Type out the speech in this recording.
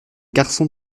garçon